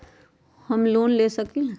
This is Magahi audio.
हम लोन ले सकील?